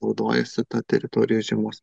naudojasi ta teritorija žiemos